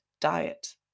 diet